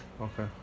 Okay